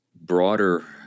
broader